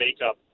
makeup